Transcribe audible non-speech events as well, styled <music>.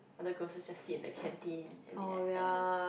other girls just just sit in the canteen and be like <noise>